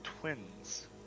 twins